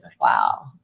Wow